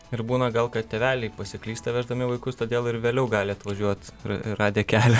ir būna gal kad tėveliai pasiklysta veždami vaikus todėl ir vėliau gali atvažiuot radę kelią